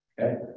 Okay